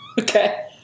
Okay